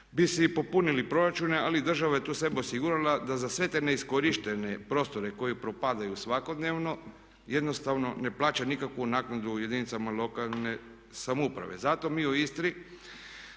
bi si i popunili proračune, ali država je tu sebe osigurala da za sve te neiskorištene prostore koji propadaju svakodnevno jednostavno ne plaća nikakvu naknadu jedinicama lokalne samouprave. Zato mi u Istri